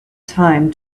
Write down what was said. time